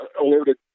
alerted